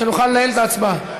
שנוכל לנהל את ההצבעה.